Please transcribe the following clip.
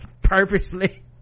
purposely